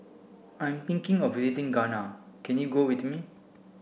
I'm thinking of visiting Ghana can you go with me